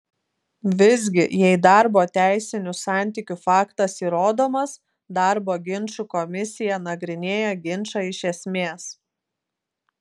visgi jei darbo teisinių santykių faktas įrodomas darbo ginčų komisija nagrinėja ginčą iš esmės